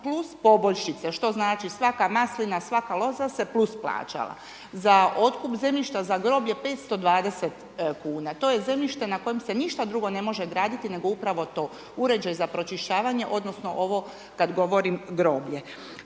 plus poboljšice, što znači svaka maslina, svaka loza se plus plaćala. Za otkup zemljišta za groblje 520 kuna, to je zemljište na kojem se ništa drugo ne može graditi nego upravo to, uređaj za pročišćavanje odnosno ovo kada govorim groblje.